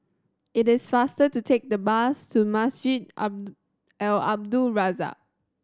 it is faster to take the bus to Masjid Al Abdul Razak